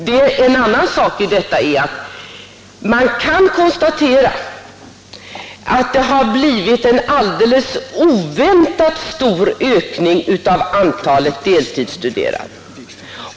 Man kan vidare i detta sammanhang konstatera att det har blivit en alldeles oväntat stor ökning av antalet deltidsstuderande.